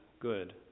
good